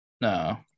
No